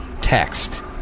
text